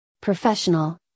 professional